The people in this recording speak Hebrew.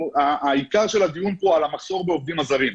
העיקר של הדיון פה על המחסור בעובדים הזרים.